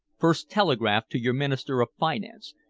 first telegraph to your minister of finance,